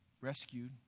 rescued